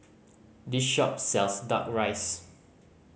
this shop sells Duck Rice